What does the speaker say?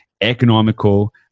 economical